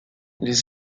les